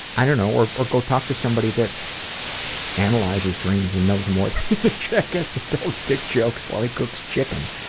i don't know, or or go talk to somebody that analyzes dreams and those more than a jackass that tells dick jokes while he cooks chicken.